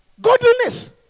Godliness